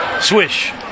Swish